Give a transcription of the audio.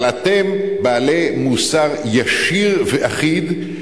אבל אתם בעלי מוסר ישיר ואחיד.